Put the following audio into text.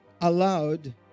allowed